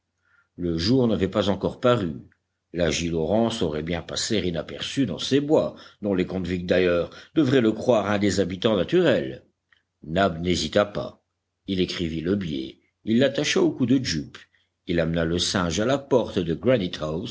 le jour n'avait pas encore paru l'agile orang saurait bien passer inaperçu dans ces bois dont les convicts d'ailleurs devraient le croire un des habitants naturels nab n'hésita pas il écrivit le billet il l'attacha au cou de jup il amena le singe à la porte de